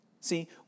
See